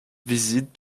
visit